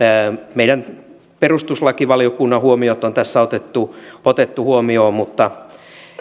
meidän perustuslakivaliokunnan huomiot on tässä otettu otettu huomioon mutta